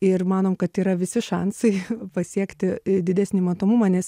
ir manom kad yra visi šansai pasiekti didesnį matomumą nes